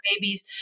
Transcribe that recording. babies